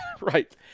Right